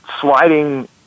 sliding